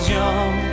young